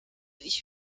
ich